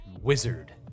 wizard